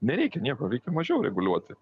nereikia nieko reikia mažiau reguliuoti